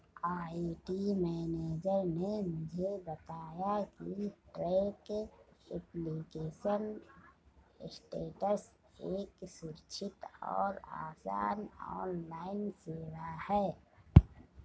IT manager ने मुझे बताया की ट्रैक एप्लीकेशन स्टेटस एक सुरक्षित और आसान ऑनलाइन सेवा है